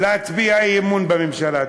להצביע אי-אמון בממשלה.